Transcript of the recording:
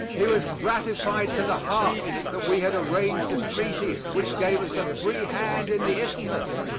he was gratified to the heart that we had arranged a treaty which gave us a free hand in the isthmus.